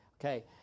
Okay